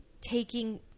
taking